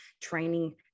training